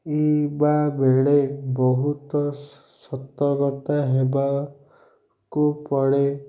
ବା ବେଳେ ବହୁତ ସତର୍କତା ହେବାକୁ ପଡ଼େ